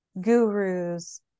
gurus